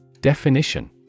Definition